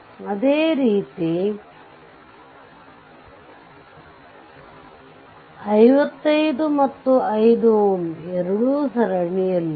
ಅದೇ ರೀತಿ 55 ಮತ್ತು 5 Ω ಎರಡೂ ಸರಣಿಯಲ್ಲಿವೆ